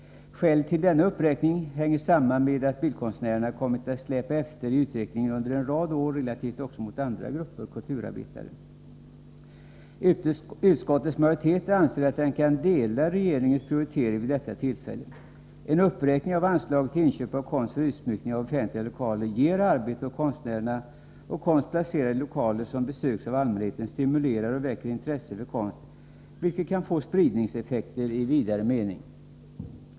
Skälet till denna uppräkning hänger samman med att bildkonstnärerna i förhållande till andra grupper kulturarbetare under en rad år har kommit att släpa efter i utvecklingen. Utskottets majoritet anser att den kan dela regeringens prioritering i detta avseende. En uppräkning av anslaget till inköp av konst för utsmyckning av offentliga lokaler ger arbete åt konstnärerna, och konst placerad i lokaler som besöks av allmänheten stimulerar och väcker intresse för konst, vilket kan få spridningseffekter i vidare mening.